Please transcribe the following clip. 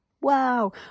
wow